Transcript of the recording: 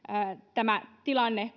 tämä tilanne